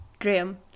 Graham